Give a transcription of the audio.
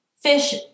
Fish